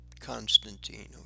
Constantine